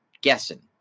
guessing